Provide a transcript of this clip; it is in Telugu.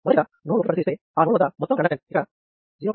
మొదటగా నోడ్ 1 పరిశీలిస్తే ఆ నోడ్ వద్ద మొత్తం కండక్టెన్స్ ఇక్కడ 0